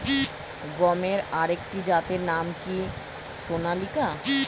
গমের আরেকটি জাতের নাম কি সোনালিকা?